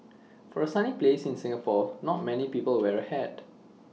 for A sunny place in Singapore not many people wear A hat